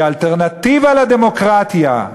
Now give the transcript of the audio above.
כי האלטרנטיבה לדמוקרטיה,